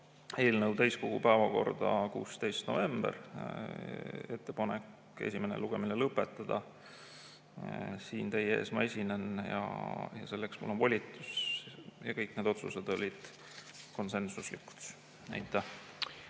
eelnõu täiskogu päevakorda 16. novembril ja ettepanek esimene lugemine lõpetada. Siin ma teie ees esinen ja selleks mul on volitus. Kõik need otsused olid konsensuslikud. Aitäh!